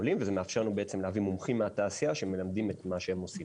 וזה מאפשר לנו להביא מומחים מהתעשייה שמלמדים את מה שהם עושים.